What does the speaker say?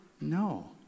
No